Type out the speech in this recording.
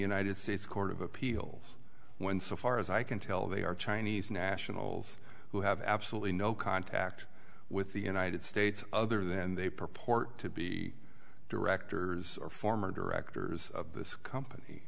united states court of appeals when so far as i can tell they are chinese nationals who have absolutely no contact with the united states other than they purport to be directors or former directors of this company